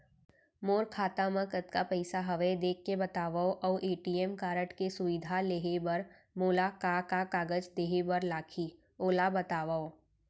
मोर खाता मा कतका पइसा हवये देख के बतावव अऊ ए.टी.एम कारड के सुविधा लेहे बर मोला का का कागज देहे बर लागही ओला बतावव?